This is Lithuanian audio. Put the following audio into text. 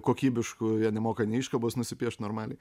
kokybiškų jie nemoka nei iškabos nusipiešt normaliai